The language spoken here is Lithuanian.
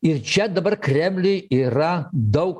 ir čia dabar kremliui yra daug